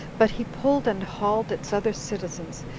but he pulled and hauled its other citizens,